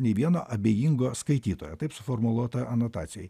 nei vieno abejingo skaitytojo taip suformuluota anotacijoj